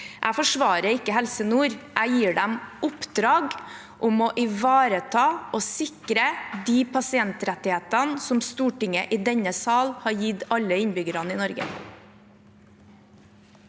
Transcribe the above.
Jeg forsvarer ikke Helse Nord, jeg gir dem oppdrag om å ivareta og sikre de pasientrettighetene som Stortinget i denne sal har gitt alle innbyggerne i Norge.